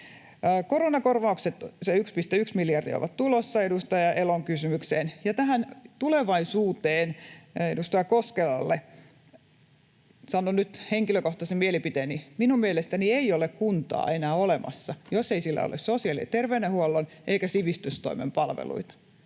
Koronakorvaukset, se 1,1 miljardia, ovat tulossa — edustaja Elon kysymykseen. Tähän tulevaisuuteen edustaja Koskelalle sanon nyt henkilökohtaisen mielipiteeni: Minun mielestäni ei ole kuntaa enää olemassa, jos ei sillä ole sosiaali‑ ja terveydenhuollon eikä sivistystoimen palveluita.